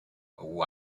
who